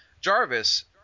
Jarvis